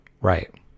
Right